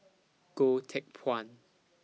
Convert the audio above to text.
Goh Teck Phuan